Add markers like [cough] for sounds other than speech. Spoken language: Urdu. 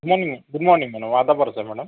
good morning madam [unintelligible]